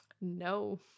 no